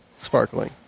sparkling